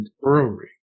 Brewery